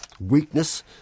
weakness